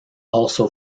also